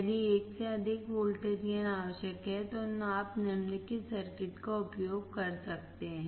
यदि 1 से अधिक वोल्टेज गेनआवश्यक है तो आप निम्नलिखित सर्किट का उपयोग कर सकते हैं